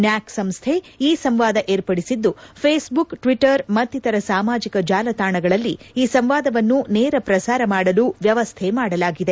ನ್ಯಾಕ್ ಸಂಸ್ಥೆ ಈ ಸಂವಾದ ಏರ್ಪಡಿಸಿದ್ದು ಫೇಸ್ ಬುಕ್ ಟ್ವಿಟರ್ ಮತ್ತಿತರ ಸಾಮಾಜಿಕ ತಾಣಗಳಲ್ಲಿ ಈ ಸಂವಾದವನ್ನು ನೇರ ಪ್ರಸಾರ ಮಾಡಲು ವ್ಯವಸ್ಥೆ ಮಾಡಲಾಗಿದೆ